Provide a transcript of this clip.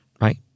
right